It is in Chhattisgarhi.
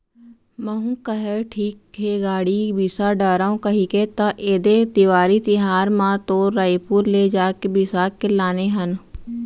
महूँ कहेव ठीक हे गाड़ी बिसा डारव कहिके त ऐदे देवारी तिहर म तो रइपुर ले जाके बिसा के लाने हन